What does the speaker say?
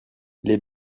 les